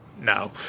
No